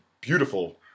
beautiful